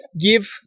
give